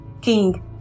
king